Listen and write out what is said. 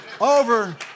Over